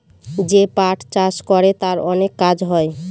যে পাট চাষ করে তার অনেক কাজ হয়